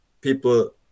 people